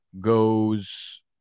goes